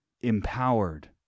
empowered